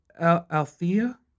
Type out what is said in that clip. Althea